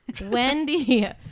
Wendy